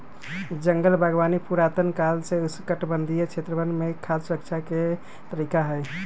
जंगल बागवानी पुरातन काल से उष्णकटिबंधीय क्षेत्रवन में खाद्य सुरक्षा के तरीका हई